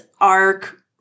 arc